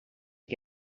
que